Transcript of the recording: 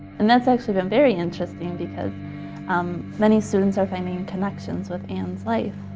and that's actually been very interesting because um many students are finding connections with ann's life.